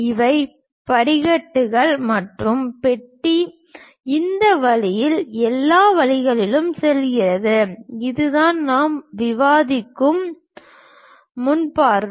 இவை படிகள் மற்றும் பெட்டி இந்த வழியில் எல்லா வழிகளிலும் செல்கிறது அதுதான் நாம் விவாதிக்கும் முன் பார்வை